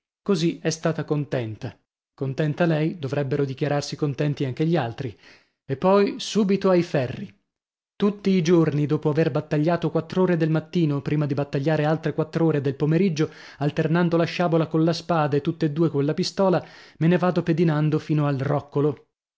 così è stata contenta contenta lei dovrebbero dichiararsi contenti anche gli altri e poi subito ai ferri tutti i giorni dopo aver battagliato quattr'ore del mattino prima di battagliare altre quattr'ore del pomeriggio alternando la sciabola colla spada e tutt'e due colla pistola me ne vado pedinando fino al roccolo